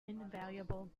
invaluable